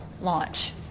launch